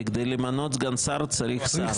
כי כדי למנות סגן שר צריך שר.